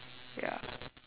ya